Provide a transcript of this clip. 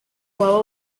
waba